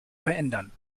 verändern